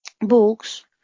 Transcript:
books